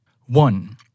One